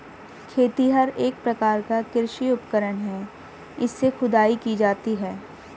खेतिहर एक प्रकार का कृषि उपकरण है इससे खुदाई की जाती है